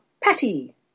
Patty